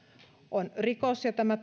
on rikos ja tämä